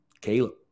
Caleb